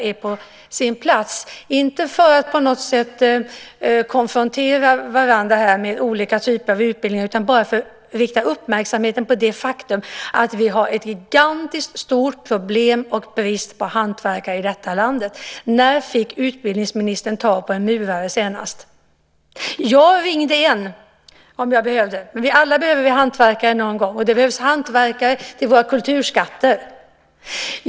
Det är inte för att vi på något sätt skulle konfrontera varandra med olika typer av utbildningar utan för att rikta uppmärksamheten på att vi har ett gigantiskt stort problem med brist på hantverkare i detta land. När fick utbildningsministern tag på en murare senast? Alla behöver vi hantverkare någon gång, och det behövs hantverkare till våra kulturskatter.